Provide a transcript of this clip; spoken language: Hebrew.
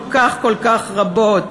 כל כך כל כך רבות.